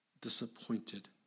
disappointed